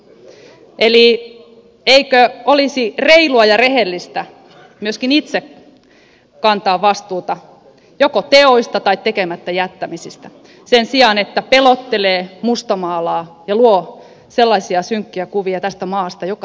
eli eikö olisi reilua ja rehellistä myöskin itse kantaa vastuuta joko teoista tai tekemättä jättämisistä sen sijaan että pelottelee mustamaalaa ja luo sellaisia synkkiä kuvia tästä maasta jotka eivät vastaa todellisuutta